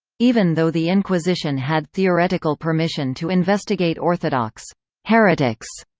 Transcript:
even though the inquisition had theoretical permission to investigate orthodox heretics,